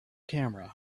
camera